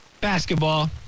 basketball